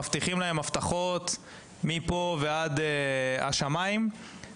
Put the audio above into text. מבטיחים להם הבטחות מפה ועד לשמיים,